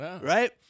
right